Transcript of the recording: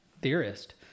theorist